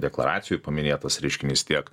deklaracijoj paminėtas reiškinys tiek